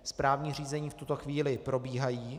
Správní řízení v tuto chvíli probíhají.